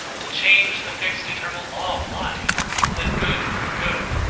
and change the fixed eternal law of life that good from good,